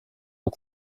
aux